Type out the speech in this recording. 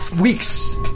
weeks